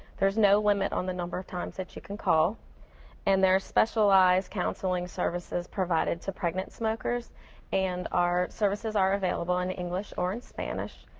there's no limit on the number of times that you can call and there are specialized counseling services provided for pregnant smokers and our services are available in english or and spanish.